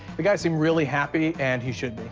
the guy seemed really happy, and he should